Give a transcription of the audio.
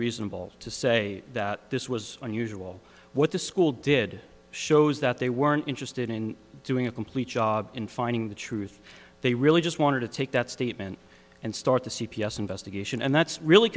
reasonable to say that this was unusual what the school did shows that they weren't interested in doing a complete job in finding the truth they really just wanted to take that statement and start the c p s investigation and that's really